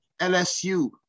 LSU